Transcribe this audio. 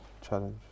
Challenge